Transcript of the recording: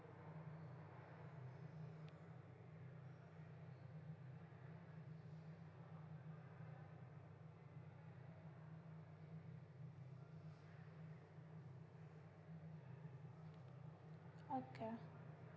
okay